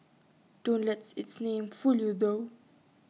don't let its name fool you though